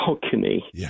balcony